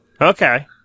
Okay